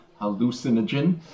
hallucinogen